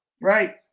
right